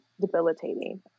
debilitating